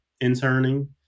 interning